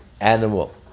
animal